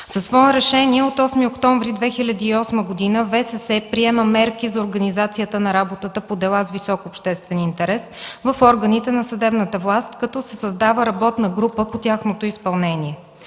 Със свое решение от 8 октомври 2008 г. ВСС приема мерки за организацията на работата по дела с висок обществен интерес в органите на съдебната власт, като се създава работна група по тяхното изпълнение.